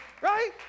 right